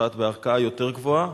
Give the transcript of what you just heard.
לבית-משפט בערכאה יותר גבוהה,